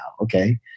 okay